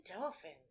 dolphins